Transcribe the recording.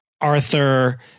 Arthur